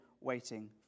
waiting